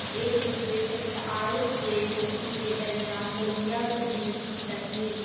ایک دوسرے سے متعارف ہوئے تو اُن کے درمیان ضروریات زندگی کی تکمیل